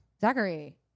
zachary